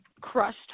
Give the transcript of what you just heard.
crushed